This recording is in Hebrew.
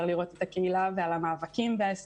שהמליצו או אפילו אסרו על מורות ומורים לצאת מהארון,